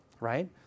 right